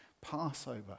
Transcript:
Passover